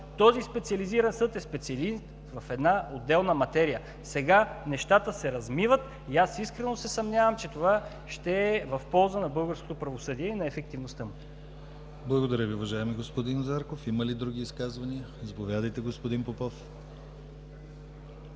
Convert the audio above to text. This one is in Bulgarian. този Специализиран съд е специалист в една отделна материя. Сега нещата се размиват и аз искрено се съмнявам, че това ще е в полза на българското правосъдие и на ефективността му. ПРЕДСЕДАТЕЛ ДИМИТЪР ГЛАВЧЕВ: Благодаря Ви, уважаеми господин Зарков. Има ли други изказвания? Заповядайте, господин Попов.